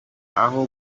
aho